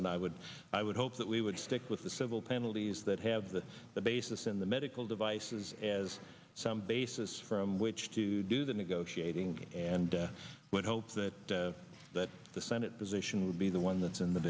and i would i would hope that we would stick with the civil penalties that have the basis in the medical devices as some basis from which to do the negotiating and i would hope that that the senate position would be the one that's in the